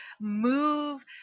move